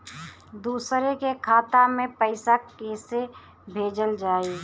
दूसरे के खाता में पइसा केइसे भेजल जाइ?